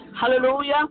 Hallelujah